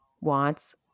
wants